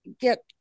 get